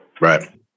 Right